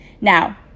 Now